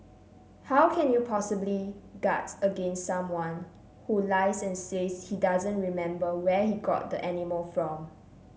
how can you possibly guards against someone who lies and says he doesn't remember where he got the animal from